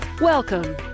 Welcome